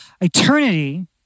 eternity